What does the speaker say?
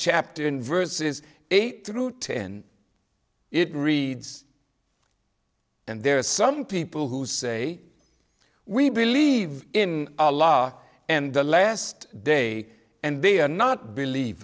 chapter in verses eight through ten it reads and there are some people who say we believe in allah and the last day and they are not believe